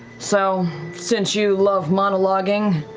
so since you love monologuing,